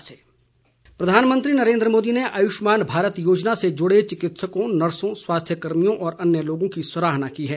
प्रधानमंत्री प्रधानमंत्री नरेन्द्र मोदी ने आयुष्मान भारत योजना से जुड़े चिकित्सकों नर्सों स्वास्थ्य कर्मियों और अन्य लोगों की सराहना की है